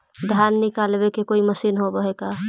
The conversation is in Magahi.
धान निकालबे के कोई मशीन होब है का?